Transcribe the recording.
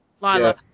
Lila